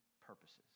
purposes